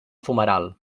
fumeral